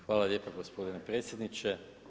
Hvala lijepa gospodine predsjedniče.